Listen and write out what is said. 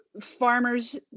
farmers